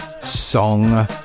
song